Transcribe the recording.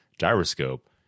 gyroscope